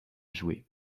jouer